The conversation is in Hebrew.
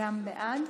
בעד,